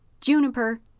Juniper